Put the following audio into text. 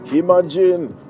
imagine